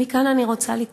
ומכאן אני רוצה לקרוא: